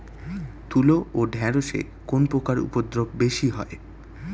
তুলো ও ঢেঁড়সে কোন পোকার উপদ্রব বেশি হয়?